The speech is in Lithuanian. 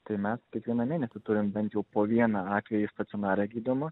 tai mes kiekvieną mėnesį turim bent jau po vieną atvejį stacionare gydomą